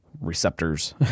receptors